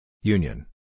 Union